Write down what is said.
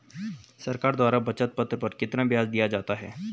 सरकार द्वारा बचत पत्र पर कितना ब्याज दिया जाता है?